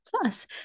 Plus